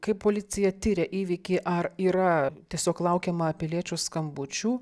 kai policija tiria įvykį ar yra tiesiog laukiama piliečių skambučių